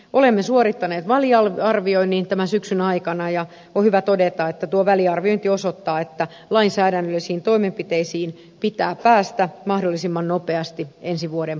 olemme suorittaneet väliarvioinnin tämän syksyn aikana ja on hyvä todeta että tuo väliarviointi osoittaa että lainsäädännöllisiin toimenpiteisiin pitää päästä mahdollisimman nopeasti ensi vuoden puolella